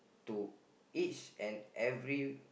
to each and every